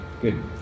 good